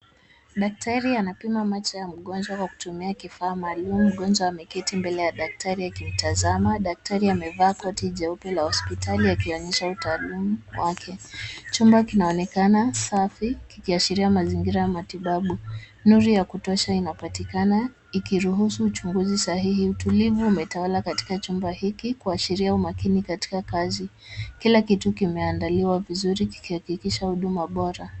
Daktari anapima macho ya mgonjwa kwa kutumia kifaa maalum mgonjwa ameketi mbele ya daktari akimtazama daktari amevaa koti jeupe la hospitali akionyesha utaalum wake. Chumba kinaonekana safi kikiashiria mazingira ya matibabu. Nuru ya kutosha inapatikana ikiruhusu uchunguzi sahihi utulivu umetawala katika chumba hiki kuashiria umakini katika kazi kila kitu kimeandaliwa vizuri kikihakikisha huduma bora.